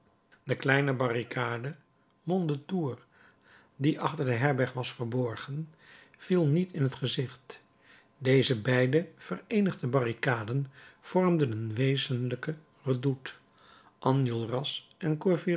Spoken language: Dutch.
de kleine barricade mondétour die achter de herberg was verborgen viel niet in t gezicht deze beide vereenigde barricaden vormden een wezenlijke redoute